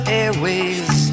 airways